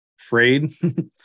afraid